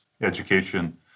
education